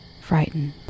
frightened